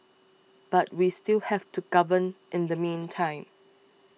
but we still have to govern in the meantime